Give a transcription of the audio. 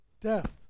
death